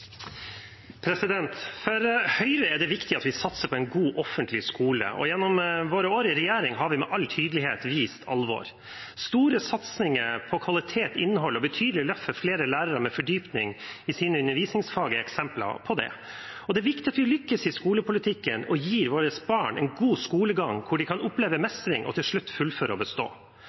god offentlig skole. Gjennom våre år i regjering har vi med all tydelighet vist alvor. Store satsinger på kvalitet, innhold og betydelig løft for flere lærere med fordypning i sine undervisningsfag er eksempler på det. Det er viktig at vi lykkes i skolepolitikken og gir våre barn en god skolegang, der de kan oppleve mestring og til slutt fullføre og bestå.